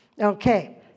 Okay